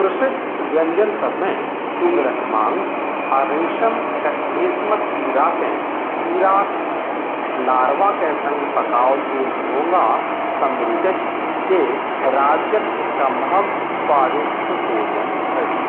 प्रसिद्ध व्यञ्जनसभमे सुगरक माँसु आ रेशमके रेशमक कीड़ाकेँ कीड़ाक लार्वाके सङ्ग पकाओल गेल घोंघा सम्मिलित अछि जे राज्यक एकटा महग स्वादिष्ट भोजन अछि